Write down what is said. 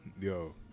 Yo